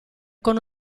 con